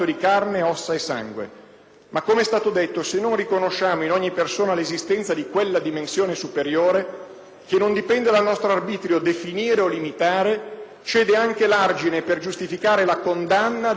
Ma, com'è stato detto, se non riconosciamo in ogni persona l'esistenza di quella dimensione superiore che non dipende dal nostro arbitrio definire o limitare, cede anche l'argine per giustificare la condanna delle peggiori aberrazioni.